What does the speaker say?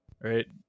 right